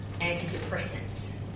antidepressants